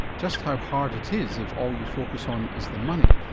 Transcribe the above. just how hard it is, if all you focus on is the money,